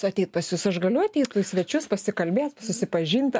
ateit pas jus aš galiu ateit į svečius pasikalbėt susipažint